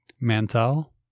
mantel